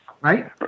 right